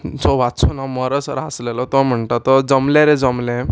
जो वाचून हांव मरसर हांसलेलो तो म्हणटा तो जमलें रे जमलें